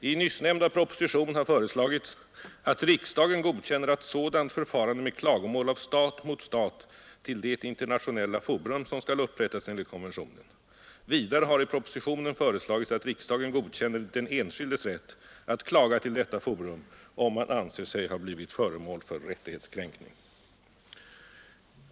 I nyssnämnda proposition har föreslagits att riksdagen godkänner ett sådant förfarande med klagomål av stat mot stat till det internationella forum, som skall upprättas enligt konventionen. Vidare har i propositionen föreslagits att riksdagen godkänner den enskildes rätt att klaga till detta forum, om han anser sig ha blivit föremål för en rättighetskränkning.